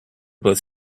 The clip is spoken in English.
both